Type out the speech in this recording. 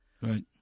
Right